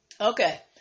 Okay